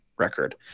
record